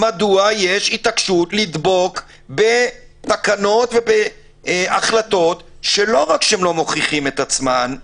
מדוע יש התעקשות לדבוק בתקנות ובהחלטות שלא רק שהן לא מוכיחות את עצמן,